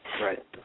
right